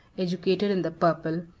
educated in the purple,